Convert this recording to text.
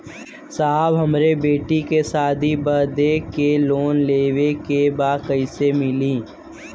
साहब हमरे बेटी के शादी बदे के लोन लेवे के बा कइसे मिलि?